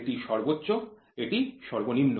এটি সর্বোচ্চ এটি সর্বনিম্ন